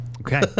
Okay